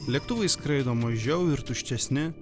lėktuvai skraido mažiau ir tuštesni